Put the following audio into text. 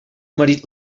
marit